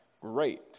great